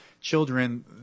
children